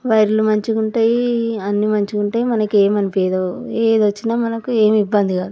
వైర్లు మంచిగ ఉంటాయి అన్నీ మంచిగ ఉంటాయి మనకేం అనిపీయదు ఏది వచ్చినా మనకు ఏమి ఇబ్బంది కాదు